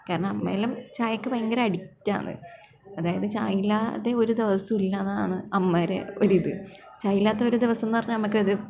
കാരണം അമ്മയെല്ലാം ചായക്ക് ഭയങ്കര അഡിക്ക്റ്റ് ആണ് അതായത് ചായ ഇല്ലാതെ ഒരു ദിവസം ഇല്ല എന്നാണ് അമ്മേരെ ഒരു ഇത് ചായ ഇല്ലാത്തൊരു ദിവസം എന്നു പറഞ്ഞാൽ അമ്മയ്ക്കത്